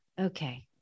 Okay